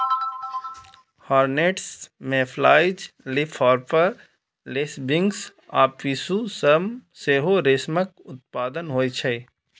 hornets, mayflies, leafhopper, lacewings आ पिस्सू सं सेहो रेशमक उत्पादन होइ छै